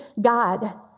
God